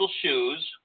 shoes